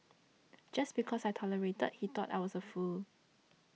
just because I tolerated he thought I was a fool